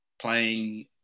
playing